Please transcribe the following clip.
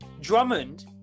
Drummond